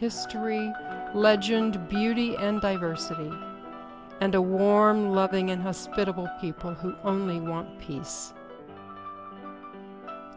history legend beauty and diversity and a warm loving and hospitable people who only want peace